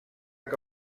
que